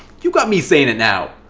you got me saying it now.